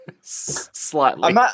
Slightly